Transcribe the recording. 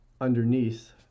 underneath